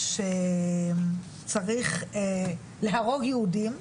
שצריך להרוג יהודים,